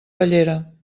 bellera